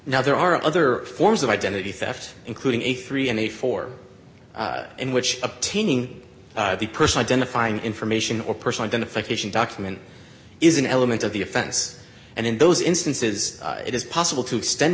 now there are other forms of identity theft including a three and a four in which obtaining the person identifying information or person identification document is an element of the offense and in those instances it is possible to extend